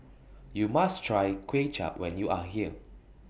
YOU must Try Kway Chap when YOU Are here